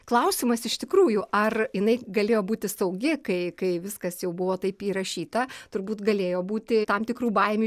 klausimas iš tikrųjų ar jinai galėjo būti saugi kai kai viskas jau buvo taip įrašyta turbūt galėjo būti tam tikrų baimių